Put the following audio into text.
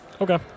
Okay